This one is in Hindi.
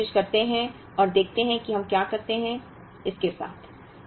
अब हम कोशिश करते हैं और देखते हैं कि हम क्या करते हैं इसके साथ